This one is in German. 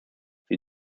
sie